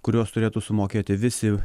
kuriuos turėtų sumokėti visi